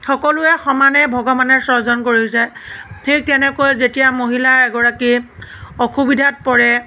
সকলোৱে সমানে ভগৱানে স্ৰজন কৰিছে ঠিক তেনেকৈ যেতিয়া মহিলা এগৰাকী অসুবিধাত পৰে